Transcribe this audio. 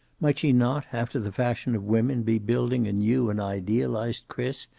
might she not, after the fashion of women, be building a new and idealized chris,